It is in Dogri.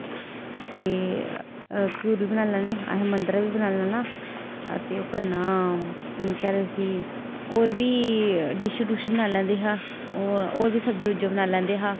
ते घ्यूर बी बनाए लैने अहें मद्धरा बी बनाई लैना अते ओह् करना केह् आखदे उसी होर बी डिश डुश बनाई लैंदे हां होर बी सब्जी सुब्जी बना लैंदे हां